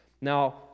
Now